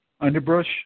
underbrush